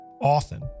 often